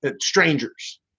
strangers